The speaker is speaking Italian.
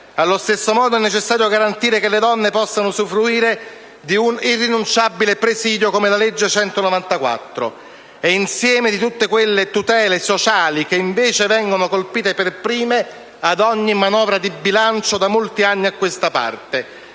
Allo stesso modo è necessario garantire che le donne possano usufruire di un irrinunciabile presidio come la legge n. 194 del 1978 e insieme di tutte quelle tutele sociali che invece vengono colpite per prime ad ogni manovra di bilancio da molti anni a questa parte,